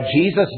Jesus